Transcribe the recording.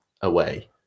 away